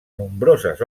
nombroses